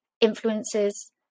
influences